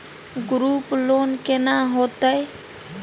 Group loan केना होतै?